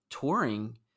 touring